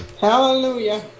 Hallelujah